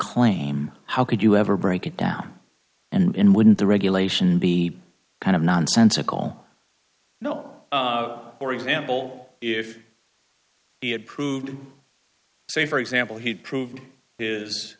claim how could you ever break it down and wouldn't the regulation be kind of nonsensical no for example if he had proved say for example he'd proved his